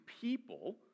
people